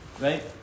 right